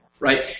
right